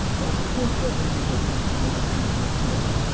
but it will probably be good enough for most people as well.